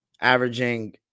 averaging